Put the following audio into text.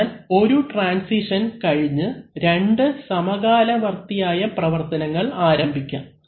അതിനാൽ ഒരു ട്രാൻസിഷൻ കഴിഞ്ഞ് രണ്ടു സമകാലവർത്തിയായ പ്രവർത്തനങ്ങൾ ആരംഭിക്കാം